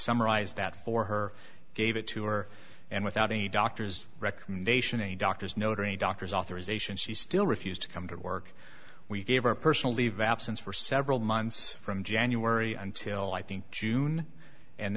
summarize that for her gave it to her and without any doctor's recommendation a doctor's note or a doctor's authorization she still refused to come to work we gave our personal leave absence for several months from january until i think june and